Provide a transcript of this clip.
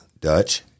Dutch